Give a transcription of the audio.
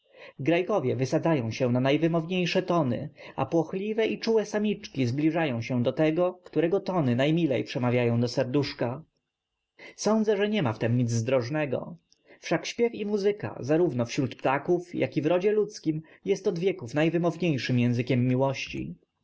grajkowie wysadzają się na najwymowniejsze tony a płochliwe i czułe samiczki zbliżają się do tego którego tony najmilej przemawiają do serduszka sądzę że niema w tem nic zdrożnego wszak śpiew i muzyka zarówno wśród ptaków jak i w rodzie ludzkim jest od wieków najwymowniejszym językiem miłości